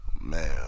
Man